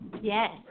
Yes